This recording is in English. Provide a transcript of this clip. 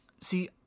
See